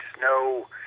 no